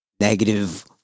negative